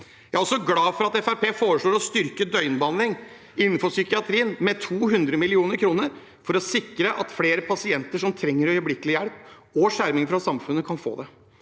Jeg er også glad for at Fremskrittspartiet foreslår å styrke døgnbehandlingen innenfor psykiatrien med 200 mill. kr for å sikre at flere pasienter som trenger øyeblikkelig hjelp og skjerming fra samfunnet, kan få det.